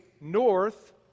north